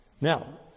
Now